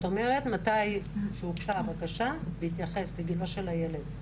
מתי הוגשה הבקשה בהתייחס לגילו של הילד.